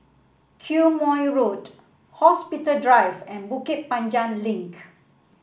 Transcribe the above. Quemoy Road Hospital Drive and Bukit Panjang Link